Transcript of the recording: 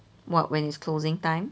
what when it's closing time